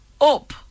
Up